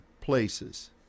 places